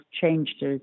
changed